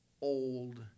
old